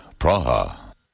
Praha